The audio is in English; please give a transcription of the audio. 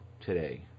today